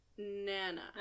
Nana